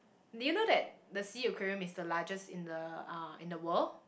do you know that the S_E_A-Aquarium is the largest in the uh in the world